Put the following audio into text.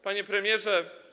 Panie Premierze!